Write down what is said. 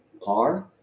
par